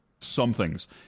somethings